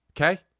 Okay